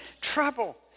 trouble